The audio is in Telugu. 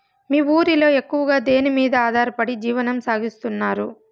మీ ఊరిలో ఎక్కువగా దేనిమీద ఆధారపడి జీవనం సాగిస్తున్నారు?